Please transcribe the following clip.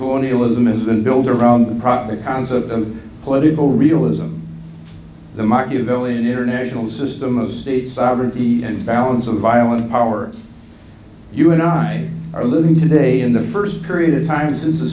going build around the proper cons a political realism the machiavellian international system of state sovereignty and balance of violent power you and i are living today in the first period of time since the